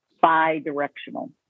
bi-directional